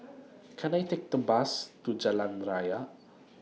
Can I Take A Bus to Jalan Raya